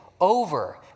over